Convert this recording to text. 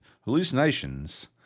hallucinations